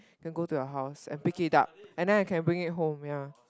then go to your house and pick it up and then I can bring it home ya